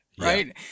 right